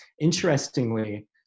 Interestingly